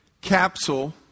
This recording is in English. capsule